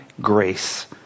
grace